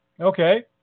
Okay